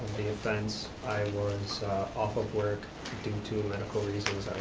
the offense i was off of work due to medical reasons.